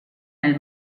nel